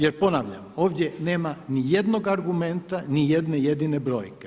Jer ponavljam, ovdje nema ni jednog argumenta, ni jedne jedine brojke.